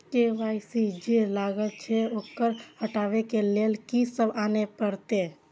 KYC जे लागल छै ओकरा हटाबै के लैल की सब आने परतै?